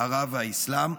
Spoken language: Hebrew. ערב והאסלאם,